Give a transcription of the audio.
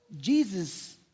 jesus